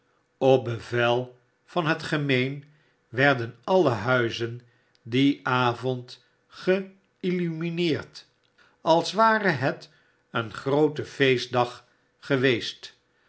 op bevel van het gemeen werden alle huizen dien avond geillumineerd als ware het een groote feestdag geweest